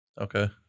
Okay